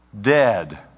dead